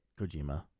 Kojima